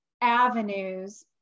avenues